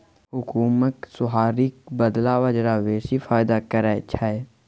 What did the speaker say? गहुमक सोहारीक बदला बजरा बेसी फायदा करय छै